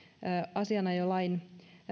asianajolain